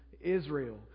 Israel